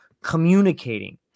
communicating